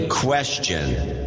Question